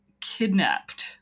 kidnapped